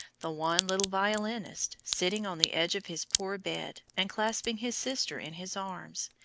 the wan little violinist, sitting on the edge of his poor bed, and clasping his sister in his arms,